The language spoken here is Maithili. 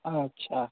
अच्छा